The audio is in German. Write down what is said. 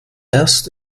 erst